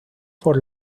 por